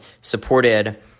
supported